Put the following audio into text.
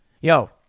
Yo